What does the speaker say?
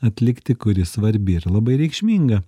atlikti kuri svarbi ir labai reikšminga